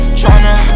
tryna